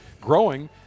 growing